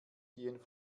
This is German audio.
gehen